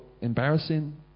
embarrassing